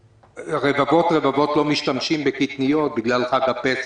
שרבבות לא משתמשים בקטניות בגלל חג הפסח.